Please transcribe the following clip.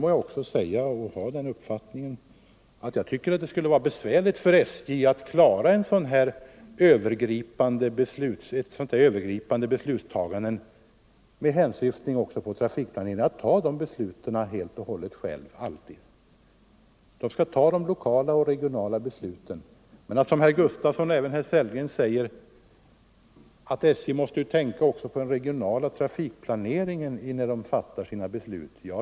Sedan vill jag som min uppfattning framhålla att det borde vara besvärligt för SJ att fatta sådana här övergripande beslut — jag tänker då också på beslut angående trafikplaneringen — alldeles på egen hand. SJ skall fatta de lokala och regionala besluten. Men herr Gustavsson i Alvesta och även herr Sellgren säger att SJ också måste tänka på hela den regionala trafikplaneringen när SJ fattar sina beslut.